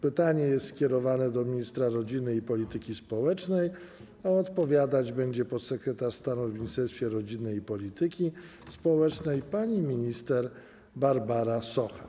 Pytanie jest skierowane do ministra rodziny i polityki społecznej, a odpowiadać będzie podsekretarz stanu w Ministerstwie Rodziny i Polityki Społecznej pani minister Barbara Socha.